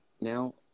now